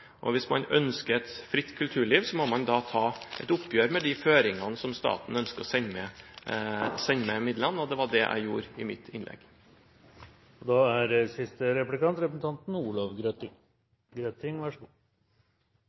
kulturlivet. Hvis man ønsker et fritt kulturliv, må man ta et oppgjør med de føringene som staten ønsker å sende med midlene. Det var det jeg gjorde i mitt innlegg. Representanten